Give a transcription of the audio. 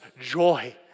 joy